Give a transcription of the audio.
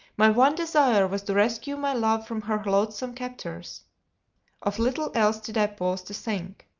my one desire was to rescue my love from her loathsome captors of little else did i pause to think.